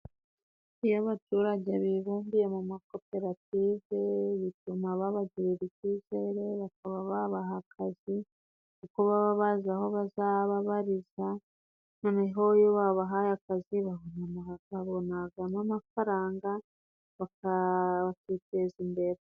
Iyo abaturage bibumbiye mu makoperative, bituma babagirira icyizere bakaba babaha akazi, kuko baba bazi aho bazababariza, noneho iyo babahaye akazi, bakabonaga mo amafaranga, baka bakiteza imbere.